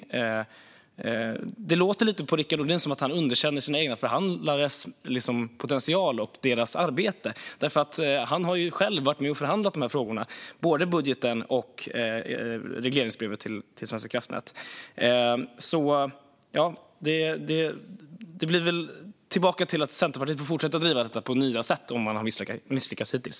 Det låter lite på Rickard Nordin som att han underkänner sina egna förhandlares potential och arbete. Han har själv varit med och förhandlat om de här frågorna, både budgeten och regleringsbrevet till Svenska kraftnät. Centerpartiet får alltså fortsätta driva det på nya sätt om man har misslyckats hittills.